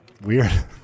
Weird